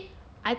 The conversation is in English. I think it's